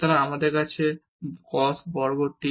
সুতরাং আমাদের আছে cos বর্গ t